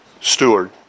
steward